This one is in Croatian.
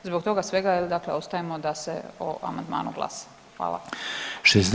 Zbog toga svega, dakle ostajemo da se o amandmanu glasa.